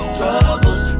troubles